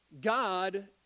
God